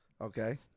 Okay